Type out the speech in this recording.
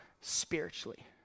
spiritually